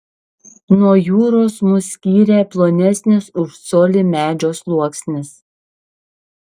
nuo jūros mus skyrė plonesnis už colį medžio sluoksnis